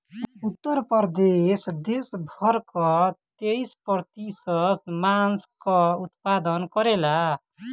उत्तर प्रदेश देस भर कअ तेईस प्रतिशत मांस कअ उत्पादन करेला